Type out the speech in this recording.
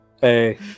Hey